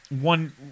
One